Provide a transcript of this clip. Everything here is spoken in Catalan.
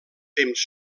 temps